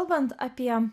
kalbant apie